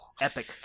Epic